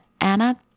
Anna